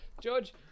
George